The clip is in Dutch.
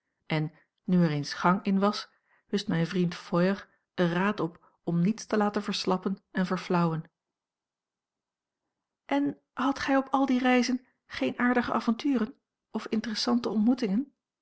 en nu er eens gang in was wist mijn vriend feuer er raad op om niets te laten verslappen en verflauwen en hadt gij op al die reizen geene aardige avonturen of interessante ontmoetingen